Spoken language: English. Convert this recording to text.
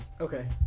Okay